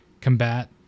combat